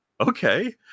okay